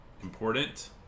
important